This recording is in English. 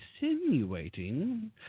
insinuating